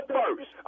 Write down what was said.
first